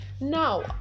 now